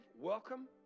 welcome